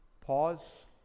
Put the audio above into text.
Pause